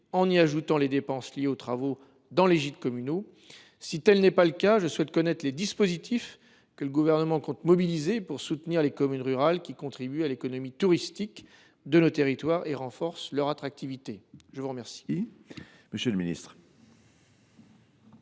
en y ajoutant les dépenses liées aux travaux dans les gîtes communaux ? Si tel n’est pas le cas, je souhaite connaître les dispositifs qu’il compte mobiliser pour soutenir les communes rurales qui, j’y insiste, contribuent à l’économie touristique de nos territoires et renforcent leur attractivité. La parole